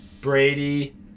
Brady